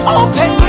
open